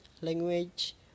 language